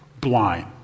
blind